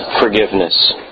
forgiveness